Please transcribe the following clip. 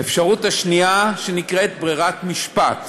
האפשרות השנייה נקראת ברירת משפט.